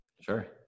sure